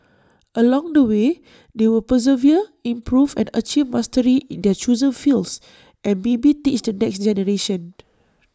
along the way they will persevere improve and achieve mastery in their chosen fields and maybe teach the next generation